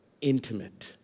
intimate